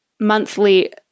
monthly